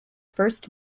first